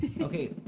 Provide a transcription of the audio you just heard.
okay